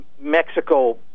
Mexico